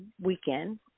weekend